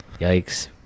Yikes